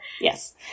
Yes